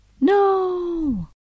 No